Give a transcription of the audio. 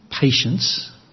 patience